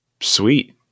Sweet